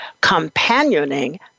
companioning